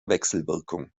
wechselwirkung